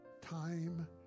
Time